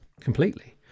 completely